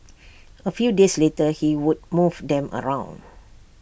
A few days later he would move them around